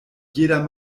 jeder